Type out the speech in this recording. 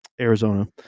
Arizona